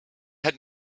had